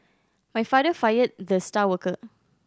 my father fired the star worker